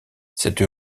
cette